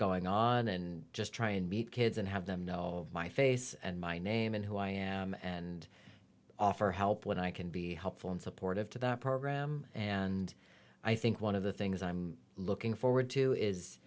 going on and just try and meet kids and have them know my face and my name and who i am and offer help when i can be helpful and supportive to that program and i think one of the things i'm looking forward to is